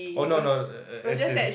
oh no no err err as in